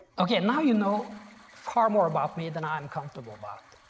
okay, now you know far more about me than i'm comfortable about.